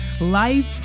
Life